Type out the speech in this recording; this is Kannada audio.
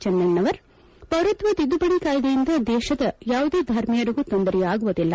ಚೆನ್ನಣ್ಣನವರ್ ಪೌರತ್ವ ತಿದ್ದುಪಡಿ ಕಾಯ್ದೆಯಿಂದ ದೇಶದ ಯಾವುದೇ ಧರ್ಮಿಯರಿಗೂ ತೊಂದರೆಯಾಗುವುದಿಲ್ಲ